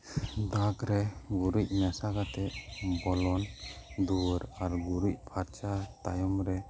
ᱫᱟᱜ ᱨᱮ ᱜᱩᱨᱤᱡ ᱢᱮᱥᱟ ᱠᱟᱛᱮᱫ ᱵᱚᱞᱚᱱ ᱫᱩᱣᱟᱹᱨ ᱟᱨ ᱜᱩᱨᱤᱡ ᱯᱷᱟᱨᱪᱟ ᱛᱟᱭᱚᱢ ᱨᱮ